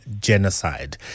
genocide